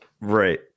Right